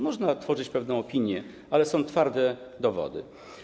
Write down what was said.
Można tworzyć pewną opinię, ale są to twarde dowody.